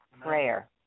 prayer